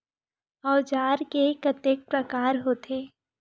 औजार के कतेक प्रकार होथे?